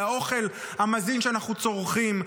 על האוכל המזין שאנחנו צורכים,